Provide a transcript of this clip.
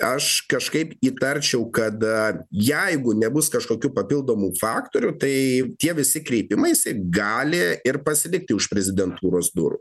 aš kažkaip įtarčiau kad jeigu nebus kažkokių papildomų faktorių tai tie visi kreipimaisi gali ir pasilikti už prezidentūros durų